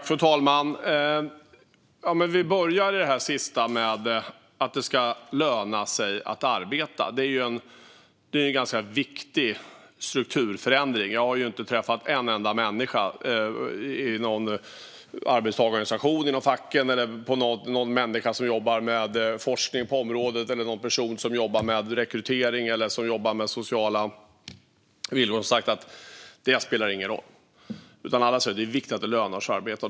Fru talman! Vi börjar i det sista, alltså att det ska löna sig att arbeta. Det är ju en ganska viktig strukturförändring. Jag har inte träffat en enda människa inom någon arbetstagarorganisation eller inom facken - och inte heller en enda människa som jobbar med forskning på området, med rekrytering eller med sociala villkor - som har sagt att det inte spelar någon roll. Alla säger i stället att det är viktigt att det lönar sig att arbeta.